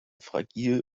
fragil